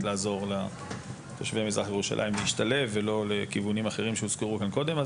לעזור לתושבי מזרח ירושלים להשתלב ולא לכיוונים אחרים שהוזכרו כאן קודם.